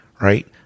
right